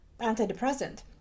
antidepressant